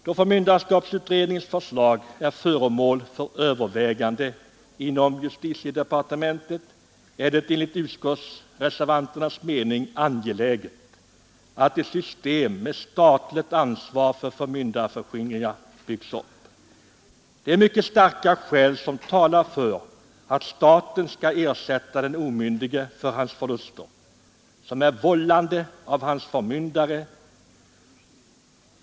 Då förmynderskapsutredningens förslag är föremål för överväganden inom justitiedepartementet, är det enligt utskottsreservanternas mening angeläget att ett system med statligt ansvar för förmyndarförskingringar byggs upp. Det är mycket starka skäl som talar för att staten skall ersätta den omyndige för förluster som är vållade av hans förmyndare.